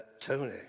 Tony